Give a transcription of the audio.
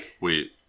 Wait